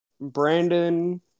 Brandon